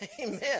Amen